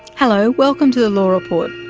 hello, welcome to the law report,